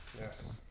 Yes